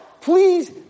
Please